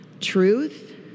truth